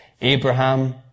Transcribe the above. abraham